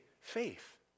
faith